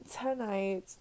tonight